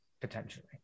potentially